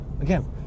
Again